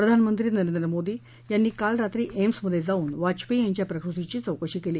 प्रधानमंत्री नरेंद्र मोदी यांनी काल रात्री एम्समध्ये जाऊन वाजपेयी यांच्या प्रकृतीची चौकशी केली